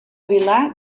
vilar